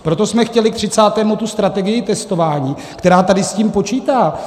Proto jsme chtěli k třicátému tu strategii testování, která tady s tím počítá.